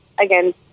again